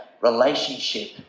relationship